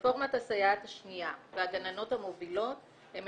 רפורמת הסייעת השנייה והגננות המובילות הן